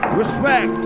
Respect